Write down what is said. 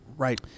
Right